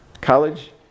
college